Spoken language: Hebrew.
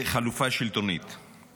חברת הכנסת אפרת רייטן, תודה.